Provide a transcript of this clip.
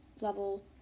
level